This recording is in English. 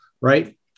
right